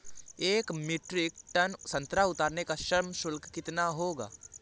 एक metric ton संतरा उतारने का श्रम शुल्क कितना होगा?